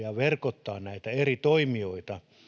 ja verkottaa näitä eri toimijoita